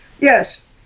Yes